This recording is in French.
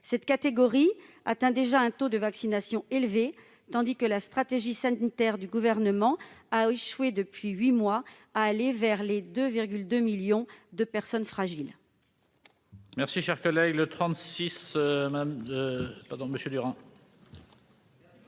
Cette catégorie atteint déjà un taux de vaccination élevé, tandis que la stratégie sanitaire du Gouvernement a échoué depuis huit mois à aller vers 2,2 millions de personnes fragiles.